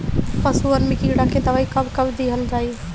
पशुअन मैं कीड़ा के दवाई कब कब दिहल जाई?